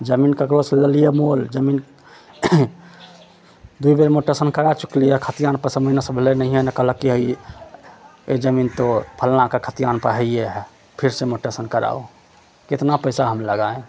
जमीन ककरोसँ लेलियै मोल जमीन दू बेरमे पसन्द करा चुकलियै खतिहान पसन्द होनेसँ बोललै नहियै नहि कहलक की आइए ई जमीन तो फलनाके खतिहानपर हइए हइ फिरसँ मोटेशन करा कितना पैसा हम लगायें